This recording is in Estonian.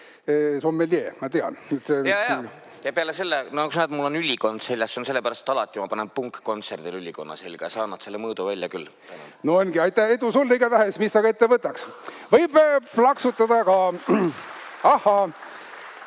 Ja peale selle, nagu sa näed, mul on ülikond seljas. See on sellepärast, et alati ma panen punkkontserdile ülikonna selga, ja sa annad selle mõõdu välja küll. No ongi. Aitäh! Edu sulle igatahes, mis sa ka ette ei võtaks! Võib plaksutada ka.